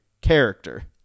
character